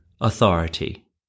authority